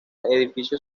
edificio